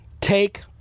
take